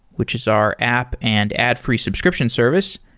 which is our app and ad-free subscription service.